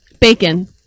Bacon